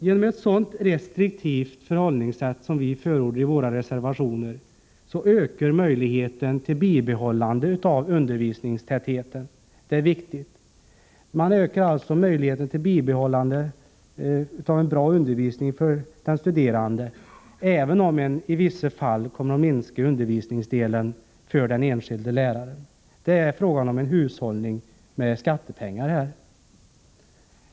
Genom ett sådant restriktivt förhållningssätt som vi förordar i våra reservationer ökar möjligheten till bibehållande av undervisningstätheten för den studerande, även om man i vissa fall kommer att minska undervisningsdelen för den enskilde läraren. Det är fråga om en hushållning med skattepengar här.